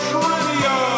Trivia